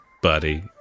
Buddy